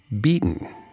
beaten